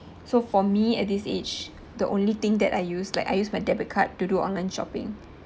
so for me at this age the only thing that I use like I used my debit card to do online shopping